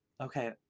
Okay